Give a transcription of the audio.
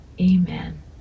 Amen